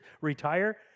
Retire